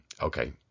okay